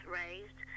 raised